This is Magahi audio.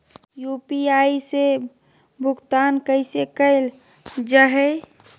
यू.पी.आई से भुगतान कैसे कैल जहै?